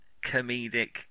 comedic